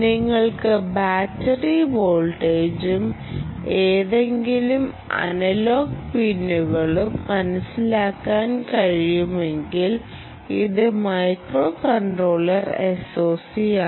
നിങ്ങൾക്ക് ബാറ്ററി വോൾട്ടേജും ഏതെങ്കിലും അനലോഗ് പിന്നുകളും മനസ്സിലാക്കാൻ കഴിയുമെങ്കിൽ ഇത് മൈക്രോകൺട്രോളർ SOC ആണ്